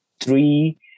three